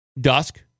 dusk